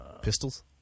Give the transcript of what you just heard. pistols